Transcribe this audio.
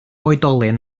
oedolyn